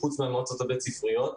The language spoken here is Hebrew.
חוץ מהמועצות הבית ספריות.